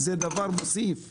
זה דבר מוסיף ומעשיר.